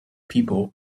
people